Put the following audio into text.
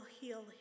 heal